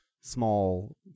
small